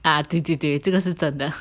啊对对这个是真的